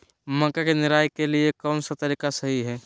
मक्का के निराई के लिए कौन सा तरीका सही है?